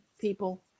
people